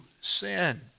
sin